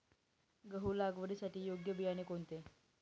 गहू लागवडीसाठी योग्य बियाणे कोणते?